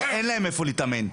שאין להם איפה להתאמן.